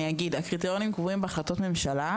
אני אגיד: הקריטריונים קבועים בהחלטות ממשלה,